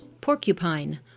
Porcupine